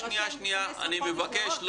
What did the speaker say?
אני מבקש.